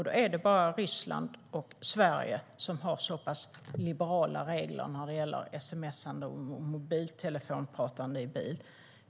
Det är bara Sverige och Ryssland som har så liberala regler när det gäller sma:ande och mobiltelefonpratande i bil.